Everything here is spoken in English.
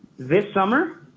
this summer?